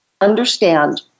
understand